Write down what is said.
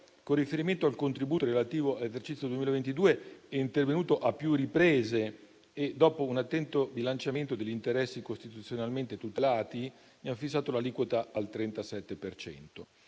con riferimento al contributo relativo all'esercizio 2022 - è intervenuto a più riprese e, dopo un attento bilanciamento degli interessi costituzionalmente tutelati, ha fissato l'aliquota al 37